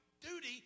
duty